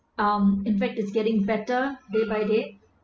um in fact it's getting better day by day